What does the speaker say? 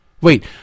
Wait